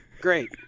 Great